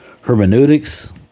hermeneutics